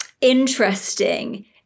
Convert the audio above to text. interesting